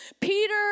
Peter